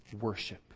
worship